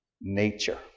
nature